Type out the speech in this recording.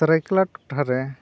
ᱥᱚᱨᱟᱭᱠᱮᱞᱞᱟ ᱴᱚᱴᱷᱟᱨᱮ